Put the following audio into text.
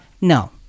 No